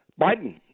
Biden